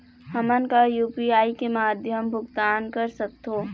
हमन का यू.पी.आई के माध्यम भुगतान कर सकथों?